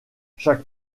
chaque